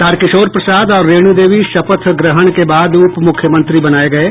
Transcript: तारकिशोर प्रसाद और रेणु देवी शपथ ग्रहण के बाद उप मुख्यमंत्री बनाये गये